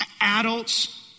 adults